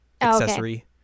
accessory